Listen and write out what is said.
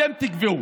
אתם תקבעו.